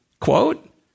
Quote